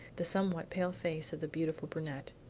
the somewhat pale face of the beautiful brunette.